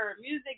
Music